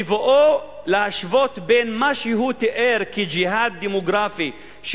בבואו להשוות בין מה שהוא תיאר כג'יהאד דמוגרפי של